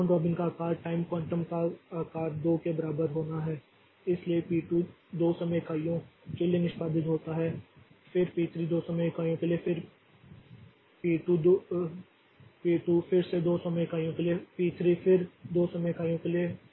तो round robin का आकार टाइम क्वांटम का आकार 2 के बराबर होना है इसलिए पी 2 2 समय इकाइयों के लिए निष्पादित होता है फिर पी 3 2 समय इकाइयों के लिए फिर पी 2 फिर से 2 समय इकाइयों के लिए पी 3 फिर 2 समय इकाइयों के लिए